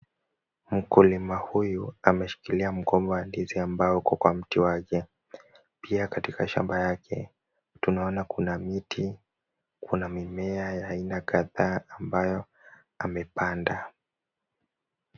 Mkulima huyu ameshikilia mgomba ndizi ambao uko kwa mti wake. Pia katika shamba yake, tunaona kuna miti kuna mimea ya aina kadhaa ambayo amepanda.